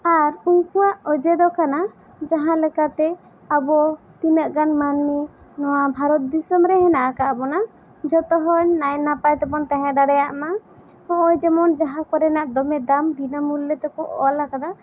ᱟᱨ ᱩᱱᱠᱩᱣᱟᱜ ᱚᱡᱮ ᱫᱚ ᱠᱟᱱᱟ ᱡᱟᱦᱟ ᱞᱮᱠᱟᱛᱮ ᱟᱵᱚ ᱛᱤᱱᱟᱹᱜ ᱜᱟᱱ ᱢᱟᱹᱱᱢᱤ ᱱᱚᱣᱟ ᱵᱷᱟᱨᱚᱛ ᱫᱤᱥᱚᱢ ᱨᱮ ᱦᱮᱱᱟᱜ ᱟᱠᱟᱫ ᱵᱚᱱᱟ ᱡᱚᱛᱚ ᱦᱚᱲ ᱱᱟᱭ ᱱᱟᱯᱟᱭ ᱛᱮᱵᱚᱱ ᱛᱟᱦᱮᱸ ᱫᱟᱲᱮᱭᱟᱜ ᱢᱟ ᱦᱚᱜᱼᱚᱭ ᱡᱮᱢᱚᱱ ᱡᱟᱦᱟᱠᱚ ᱨᱮᱱᱟᱜ ᱫᱚᱢᱮ ᱫᱟᱢ ᱵᱤᱱᱟ ᱢᱩᱞᱞᱮ ᱛᱮᱠᱚ ᱚᱞ ᱟᱠᱟᱫᱟ